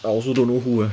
I also don't know who eh